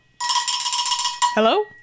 Hello